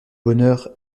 bonheur